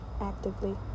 actively